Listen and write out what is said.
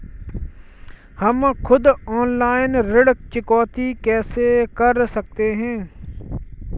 हम खुद ऑनलाइन ऋण चुकौती कैसे कर सकते हैं?